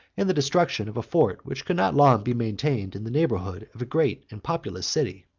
and the destruction of a fort which could not long be maintained in the neighborhood of a great and populous city.